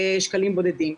שקלים בודדים.